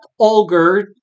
Olger